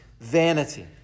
vanity